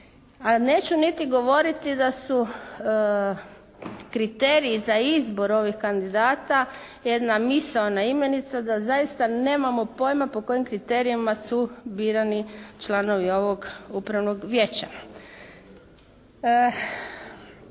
neću niti govoriti da su kriteriji za izbor ovih kandidata jedna misaona imenica da zaista nemamo pojma po kojim kriterijima su birani članovi ovog Upravnog vijeća.